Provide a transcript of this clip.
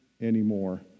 anymore